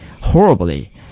horribly